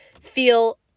feel